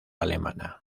alemana